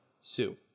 Sue